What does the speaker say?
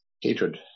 hatred